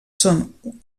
són